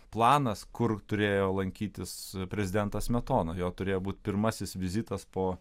planas kur turėjo lankytis prezidentas smetona jo turėjo būt pirmasis vizitas po